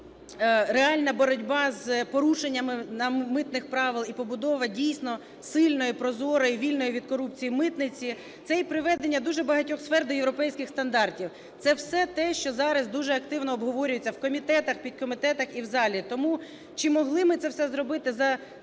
реальна боротьба з порушеннями митних правил і побудова, дійсно, сильної, прозорої, вільної від корупції митниці, це і приведення дуже багатьох сфер до європейських стандартів. Це все те, що зараз дуже активно обговорюється в комітетах, підкомітетах і в залі. Тому, чи могли ми це все зробити за два